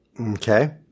Okay